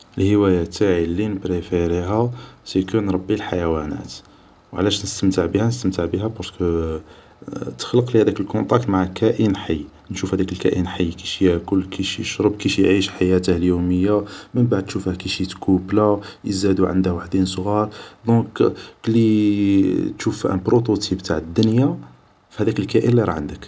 الهيواية تاعي لي نبريفيريها سكو نربي الحيوانات وعلاش نستمتع بيها نستمتع بيها بارسكو تخلقلي هداك الكونتاكت مع كائن حي نشوف هداك الكائن حي كيش ياكل كيش يشرب كيش يعيش حياته اليومية منبعد تشوفه كيش يتكوبلا ينزادو عنده واحدين صغار دونك كلي تشوف ان بروتو تيب تاع الدنيا في هداك الكائن لي راه عندك